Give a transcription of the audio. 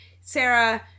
Sarah